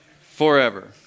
Forever